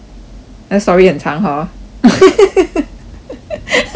这个 story 很长 hor